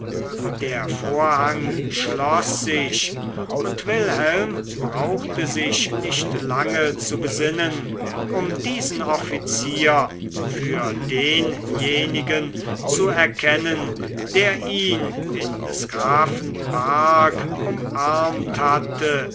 der vorhang schloß sich und wilhelm brauchte sich nicht lange zu besinnen um diesen offizier für denjenigen zu erkennen der ihn in des grafen park umarmt hatte